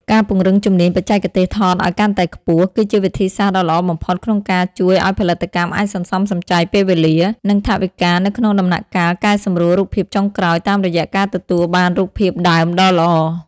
ការពង្រឹងជំនាញបច្ចេកទេសថតឱ្យកាន់តែខ្ពស់ គឺជាវិធីសាស្ត្រដ៏ល្អបំផុតក្នុងការជួយឱ្យផលិតកម្មអាចសន្សំសំចៃពេលវេលា និងថវិកានៅក្នុងដំណាក់កាលកែសម្រួលរូបភាពចុងក្រោយតាមរយៈការទទួលបានរូបភាពដើមដ៏ល្អ។